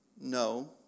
no